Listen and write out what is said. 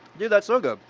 yeah that's so good!